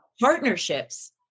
partnerships